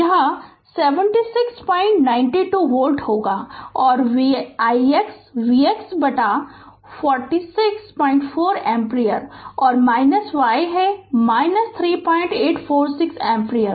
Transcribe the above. Refer Slide Time 2502 तो यह 7692 volt होगा और ix Vx बटा 464 एम्पीयर और y है 3846 एम्पीयर